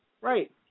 Right